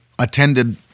attended